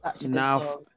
now